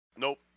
nope